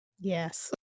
Yes